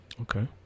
Okay